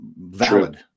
valid